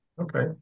Okay